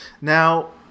Now